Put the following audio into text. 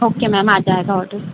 okay ma'am आ जाएगा order